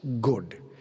good